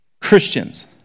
Christians